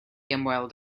ymweld